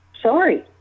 sorry